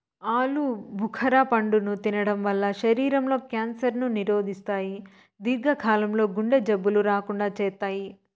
ఆలు భుఖర పండును తినడం వల్ల శరీరం లో క్యాన్సర్ ను నిరోధిస్తాయి, దీర్ఘ కాలం లో గుండె జబ్బులు రాకుండా చేత్తాయి